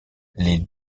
les